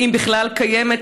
אם בכלל קיימת,